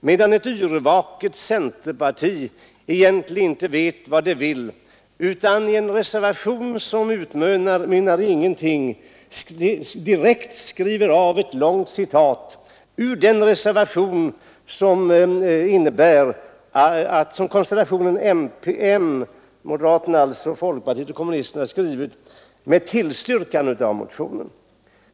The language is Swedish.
Och ett yrvaket centerparti, som egentligen inte vet vad det vill, har i en reservation som utmynnar i ingenting direkt skrivit av ett långt avsnitt ur den reservation som konstellationen moderater, folkpartister och kommunister åstadkommit med tillstyrkan av motionen!